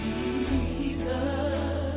Jesus